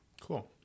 Cool